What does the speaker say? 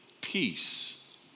peace